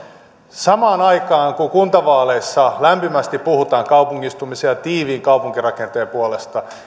samaan aikaan kun kuntavaaleissa lämpimästi puhutaan kaupungistumisen ja tiiviin kaupunkirakenteen puolesta